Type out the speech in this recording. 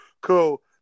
Cool